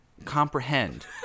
Comprehend